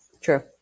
true